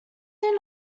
did